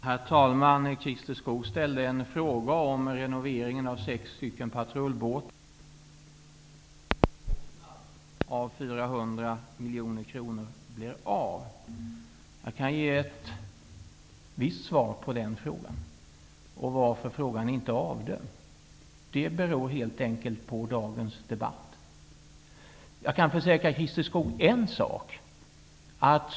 Herr talman! Christer Skoog ställde en fråga om huruvida renoveringen av sex patrullbåtar till en kostnad av 400 miljoner kronor blir av. Jag kan ge ett visst svar på den frågan, och jag kan säga varför frågan inte är avgjord. Det beror helt enkelt på dagens debatt. Jag kan försäkra Christer Skoog en sak.